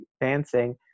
dancing